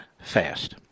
fast